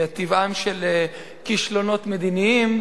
כי טבעם של כישלונות מדיניים